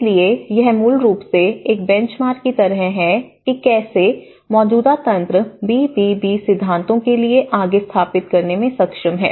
इसलिए यह मूल रूप से एक बेंचमार्क की तरह है कि कैसे मौजूदा तंत्र बी बी बी सिद्धांतों के लिए आगे स्थापित करने में सक्षम हैं